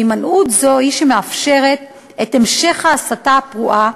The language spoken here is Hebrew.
והימנעות זו היא שמאפשרת את המשך ההסתה הפרועה,